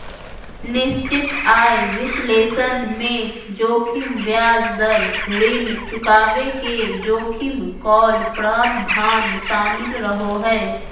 निश्चित आय विश्लेषण मे जोखिम ब्याज दर, ऋण चुकाबे के जोखिम, कॉल प्रावधान शामिल रहो हय